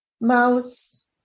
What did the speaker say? mouse